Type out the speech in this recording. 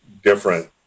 Different